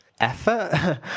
effort